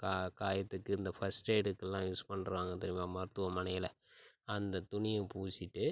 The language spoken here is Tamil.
கா காயத்துக்கு இந்த ஃபர்ஸ்ட் எய்டுக்குல்லாம் யூஸ் பண்ணுறாங்க தெரியுமா மருத்துவமனையில அந்தத் துணியை பூசிவிட்டு